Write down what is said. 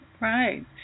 Right